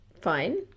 fine